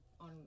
on